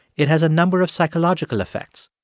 it has a number of psychological effects.